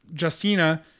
Justina